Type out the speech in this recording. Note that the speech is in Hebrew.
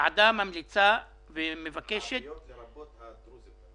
ערביות, לרבות הדרוזיות.